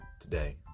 today